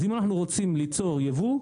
אז אם אנחנו רוצים ליצור יבוא,